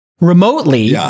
remotely